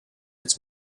its